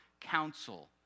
counsel